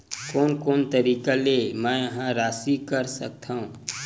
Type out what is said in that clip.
कोन कोन तरीका ले मै ह राशि कर सकथव?